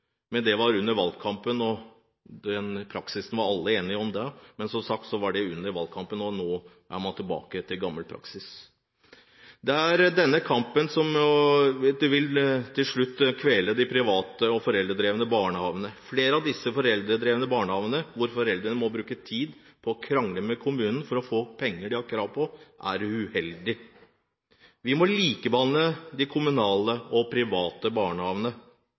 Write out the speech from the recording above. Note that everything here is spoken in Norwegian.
Men det var under valgkampen. Den praksisen var alle enige om da, men som sagt var det under valgkampen, og nå er man tilbake til gammel praksis. Det er denne kampen som til slutt vil kvele de private og foreldredrevne barnehagene. I flere foreldredrevne barnehager må foreldrene bruke tid på å krangle med kommunene om å få penger de har krav på. Det er uheldig. Vi må likebehandle de kommunale og private barnehagene.